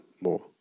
more